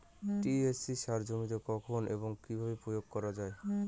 TSP সার জমিতে কখন এবং কিভাবে প্রয়োগ করা য়ায়?